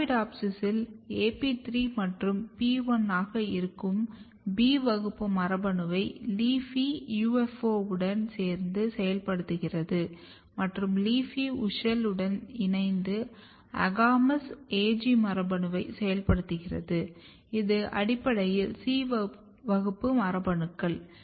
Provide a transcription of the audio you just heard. அரபுடோப்சிஸில் AP3 மற்றும் PI ஆக இருக்கும் B வகுப்பு மரபணுவை LEAFY UFO உடன் சேர்ந்து செயல்படுத்துகிறது மற்றும் LEAFY WUSCHEL உடன் இணைந்து AGAMOUS AG மரபணுவை செயல்படுத்துகிறது இது அடிப்படையில் C வகுப்பு மரபணுக்கள்